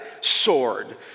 sword